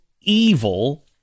evil